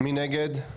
1 נגד,